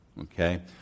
okay